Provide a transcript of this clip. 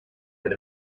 that